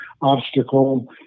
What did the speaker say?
obstacle